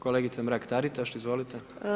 Kolegice Mrak-Taritaš, izvolite.